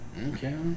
Okay